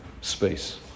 space